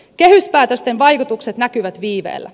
kehyspäätösten vaikutukset näkyvät viiveellä